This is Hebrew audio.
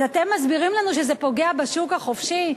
אז אתם מסבירים לנו שזה פוגע בשוק החופשי?